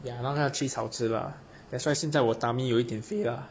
ya 他们的 cheese 好吃 lah that's why 现在我 tummy 有一点肥啦